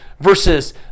versus